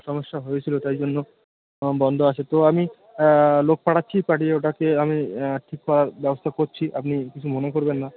সমস্যা হয়েছিলো তাই জন্য বন্ধ আছে তো আমি লোক পাঠাচ্ছি পাঠিয়ে ওটাকে আমি ঠিক করার ব্যবস্থা করছি আপনি কিছু মনে করবেন না